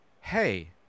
hey